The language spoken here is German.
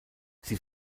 sie